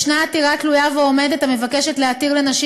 יש עתירה תלויה ועומדת המבקשת להתיר לנשים